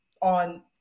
on